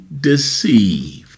deceived